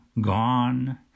gone